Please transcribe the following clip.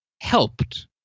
helped